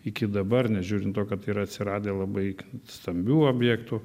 iki dabar nežiūrint to kad yra atsiradę labai stambių objektų